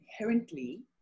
inherently